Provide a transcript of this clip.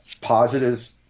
Positives